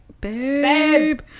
babe